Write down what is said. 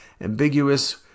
ambiguous